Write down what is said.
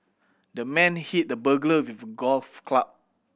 the man hit the burglar with a golf club